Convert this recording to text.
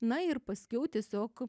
na ir paskiau tiesiog